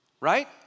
Right